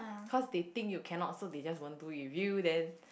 cause they think you cannot so they just won't do it with you then